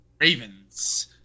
Ravens